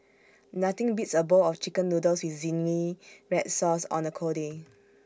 nothing beats A bowl of Chicken Noodles with Zingy Red Sauce on A cold day